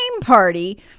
party